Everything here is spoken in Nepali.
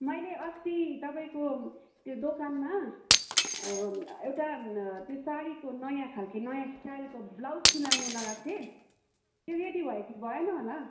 मैले अस्ति तपाईँको त्यो दोकानमा एउटा त्यो साडीको नयाँ खाल्के नयाँ स्टाइलको ब्लाउज सिलाउनु लगाएको थिएँ त्यो रेडी भयो कि भएन होला